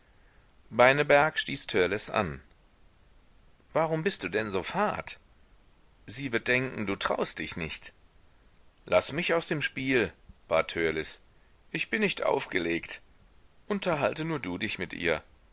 beineberg stieß törleß an warum bist du denn so fad sie wird denken du traust dich nicht laß mich aus dem spiel bat törleß ich bin nicht aufgelegt unterhalte nur du dich mit ihr